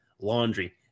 Laundry